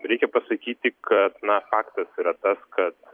reikia pasakyti kad na faktas yra tas kad